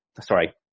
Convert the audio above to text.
Sorry